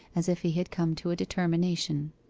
as if he had come to a determination.